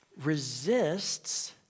resists